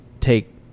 take